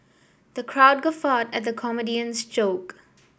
the crowd guffawed at the comedian's joke